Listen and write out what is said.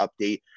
update